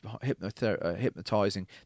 hypnotizing